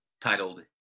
titled